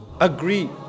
agree